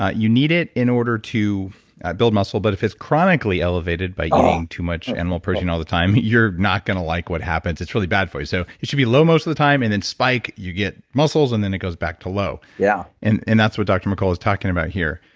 ah you need it in order to build muscle. but, if it's chronically elevated by eating um too much animal protein all the time, you're not going to like what happens. it's really bad for you. so it should be low most of the time, and then spike, you get muscles and then it goes back to low. yeah and and that's what dr. mercola is talking about here.